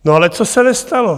No, ale co se nestalo?